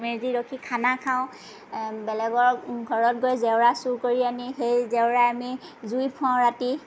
মেজি ৰখি খানা খাওঁ বেলেগৰ ঘৰত গৈ জেওৰা চুৰ কৰি আনি সেই জেওৰাৰে আমি জুই ফুৱাওঁ ৰাতি